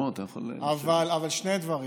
שני דברים: